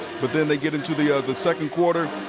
but then they get into the ah the second quarter,